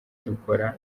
dukora